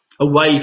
away